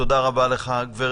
נושא נוסף הוא הקשר של